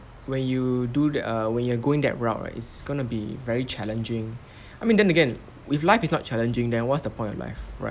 when you do the err when you're going that route right it's gonna be very challenging I mean then again with life is not challenging then what's the point of life